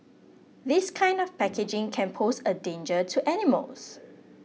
this kind of packaging can pose a danger to animals